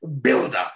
builder